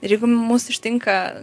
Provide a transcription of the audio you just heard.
ir jeigu mus ištinka